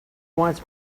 wants